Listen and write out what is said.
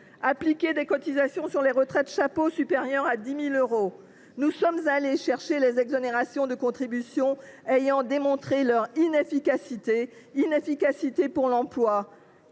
d’assiette, cotisations sur les retraites chapeaux supérieures à 10 000 euros : nous sommes allés chercher les exonérations de contribution ayant démontré leur inefficacité – inefficacité pour l’emploi